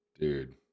Dude